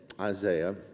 Isaiah